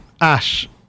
Ash